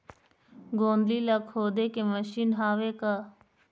गोंदली ला खोदे के मशीन हावे का?